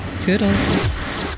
Toodles